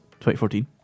2014